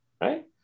right